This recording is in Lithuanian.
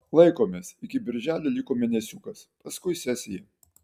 laikomės iki birželio liko mėnesiukas paskui sesija